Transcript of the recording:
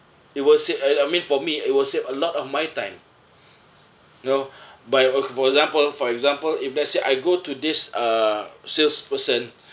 it will save uh I mean for me it will save a lot of my time you know by or for example for example if let's say I go to this uh salesperson